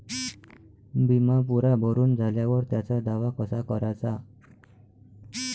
बिमा पुरा भरून झाल्यावर त्याचा दावा कसा कराचा?